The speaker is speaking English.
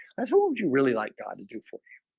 i thought would you really like god to do for you?